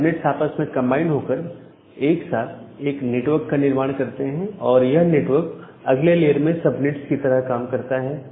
subnets आपस में combined होकर एक साथ एक नेटवर्क का निर्माण करते हैं और यह नेटवर्क अगले लेयर में सबनेट्स की तरह काम करता है